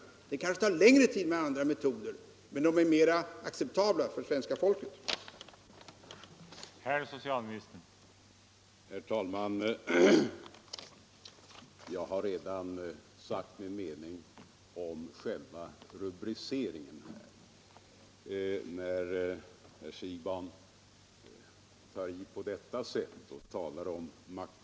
Kampanjen kanske tar längre tid att genomföra med andra metoder, men det är lättare för svenska folket att acceptera de metoderna.